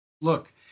Look